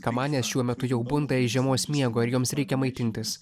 kamanės šiuo metu jau bunda iš žiemos miego ir joms reikia maitintis